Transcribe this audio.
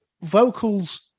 vocals